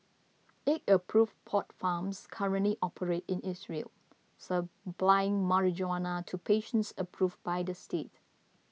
eight approved pot farms currently operate in Israel supplying marijuana to patients approved by the state